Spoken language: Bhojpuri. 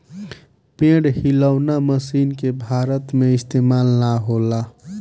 पेड़ हिलौना मशीन के भारत में इस्तेमाल ना होला